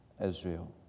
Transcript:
Israel